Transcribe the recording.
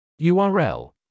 URL